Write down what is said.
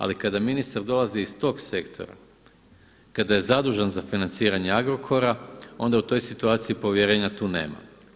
Ali kada ministar dolazi iz tog sektora, kada je zadužen za financiranje Agrokora onda u toj situaciji povjerenja tu nema.